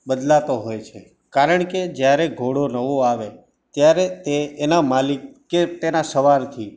બદલાતો હોય છે કારણ કે જ્યારે ઘોડો નવો આવે ત્યારે તે એના માલિક કે તેના સવારથી